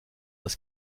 das